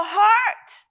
heart